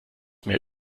mehr